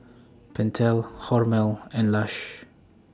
Pentel Hormel and Lush